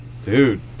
Dude